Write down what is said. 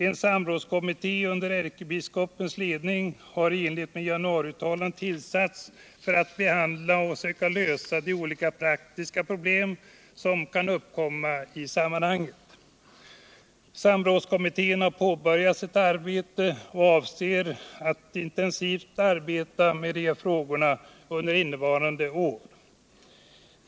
En samrådskommitté under ärkebiskopens ledning har i enlighet med Januariuttalandet tillsatts för att behandla och söka lösa de olika praktiska problem som kan uppkomma i sammanhanget. Samrådskommittén har påbörjat sitt arbete och avser att intensivt arbeta med de här frågorna under innevarande år.